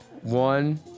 one